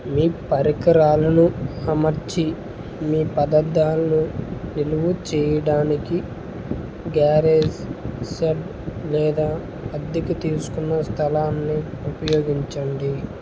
మీ పరికరాలను అమర్చి మీ పదార్థాలను నిల్వ చేయడానికి గ్యారేజ్ షెడ్ లేదా అద్దెకు తీసుకున్న స్థలాన్ని ఉపయోగించండి